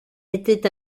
était